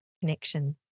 connections